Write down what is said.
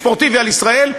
ספורטיבי על ישראל,